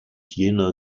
jener